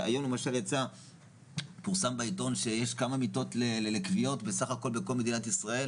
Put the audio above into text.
היום למשל פורסם בעתון שיש כמה מיטות לכוויות בסך הכל בכל מדינת ישראל,